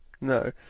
No